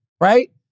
right